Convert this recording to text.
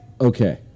Okay